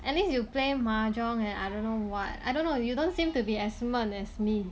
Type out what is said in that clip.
at least you play mahjong and I don't know what I don't know you don't seem to be as 闷 as me